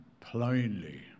plainly